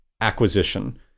acquisition